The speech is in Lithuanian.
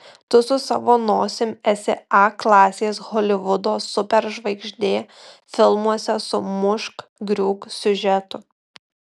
tu su savo nosim esi a klasės holivudo superžvaigždė filmuose su mušk griūk siužetu